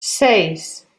seis